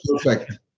Perfect